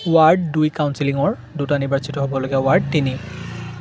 ward দুই কাউঞ্চিলৰ দুটা নিৰ্বাচিত হ'বলগীয়া ৱাৰ্ড তিনি